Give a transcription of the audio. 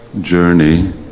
journey